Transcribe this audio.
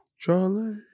Charlie